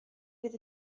fydd